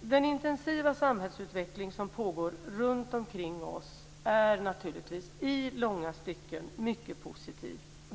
Den intensiva samhällsutveckling som pågår runtomkring oss är i långa stycken mycket positiv.